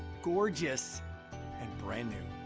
gorgeous and brand-new.